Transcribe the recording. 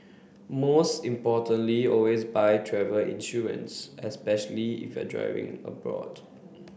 most importantly always buy travel insurance especially if you're driving abroad